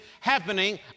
happening